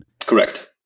Correct